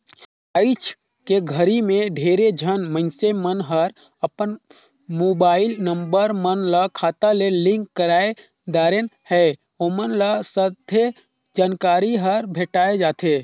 आइज के घरी मे ढेरे झन मइनसे मन हर अपन मुबाईल नंबर मन ल खाता ले लिंक करवाये दारेन है, ओमन ल सथे जानकारी हर भेंटाये जाथें